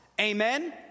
Amen